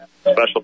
Special